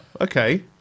okay